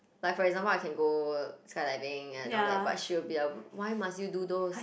like for example I can go skydiving and all that but she'll be like why must you do those